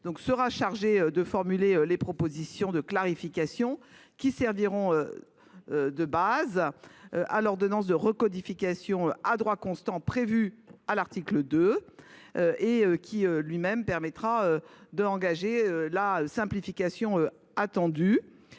sera chargé de formuler des propositions de clarification du code qui serviront de base à cette ordonnance de recodification à droit constant prévue à l'article 2, qui lui-même vise à engager la simplification attendue.